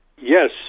Yes